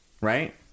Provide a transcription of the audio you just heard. right